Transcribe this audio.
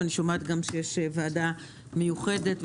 אני שומעת שיש ועדה מיוחדת.